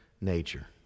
nature